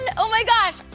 and oh my gosh!